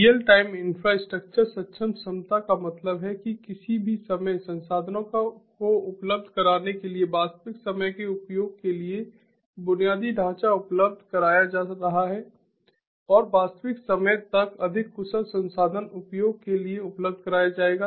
real time infrastructure सक्षम क्षमता का मतलब है कि किसी भी समय संसाधनों को उपलब्ध कराने के लिए वास्तविक समय के उपयोग के लिए बुनियादी ढांचा उपलब्ध कराया जा रहा है और वास्तविक समय तक अधिक कुशल संसाधन उपयोग के लिए उपलब्ध कराया जाएगा